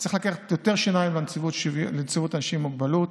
צריך לתת יותר שיניים לנציבות אנשים עם מוגבלות,